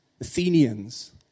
Athenians